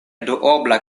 duobla